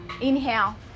Inhale